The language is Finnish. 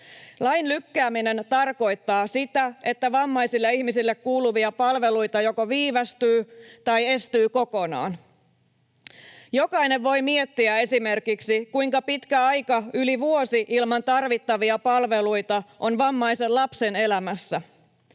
Lain lykkääminen tarkoittaa sitä, että vammaisille ihmisille kuuluvia palveluita joko viivästyy tai estyy kokonaan. Jokainen voi miettiä esimerkiksi, kuinka pitkä aika yli vuosi ilman tarvittavia palveluita on vammaisen lapsen elämässä.